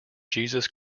jesus